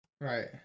right